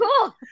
cool